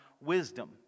wisdom